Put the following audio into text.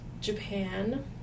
Japan